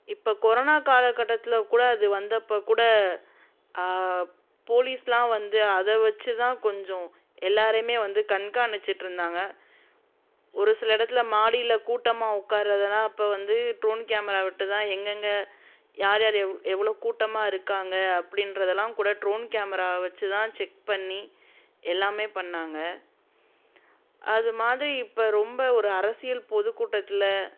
இப்போ கொரோனா காலக்கட்டத்தில் கூட அது வந்தப்போ கூட போலீஸ்லாம் வந்து அதை வச்சு தான் கொஞ்சம் எல்லாரையுமே வந்து கண்காணிச்சிகிட்ருந்தாங்க ஒரு சில இடத்துல மாடியில கூட்டமாக உட்கார்றதுலாம் அப்போ வந்து ட்ரோன் கேமரா விட்டு தான் எங்கங்க யார் யார் எவ் எவ்வளோ கூட்டமாக இருக்காங்கள் அப்படின்றதுலாம் கூட ட்ரோன் கேமரா வச்சு தான் செக் பண்ணி எல்லாமே பண்ணாங்கள் அதுமாதிரி இப்போ ரொம்ப ஒரு அரசியல் பொதுக்கூட்டத்தில்